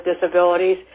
disabilities